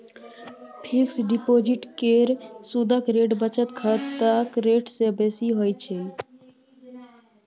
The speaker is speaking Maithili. फिक्स डिपोजिट केर सुदक रेट बचत खाताक रेट सँ बेसी होइ छै